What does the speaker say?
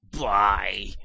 Bye